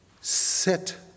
set